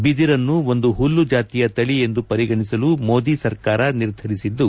ಬಿದಿರನ್ನು ಒಂದು ಹುಲ್ಲು ಜಾತಿಯ ತಳಿ ಎಂದು ಪರಿಗಣಿಸಲು ಮೋದಿ ಸರ್ಕಾರ ನಿರ್ದರಿಸಿದ್ದು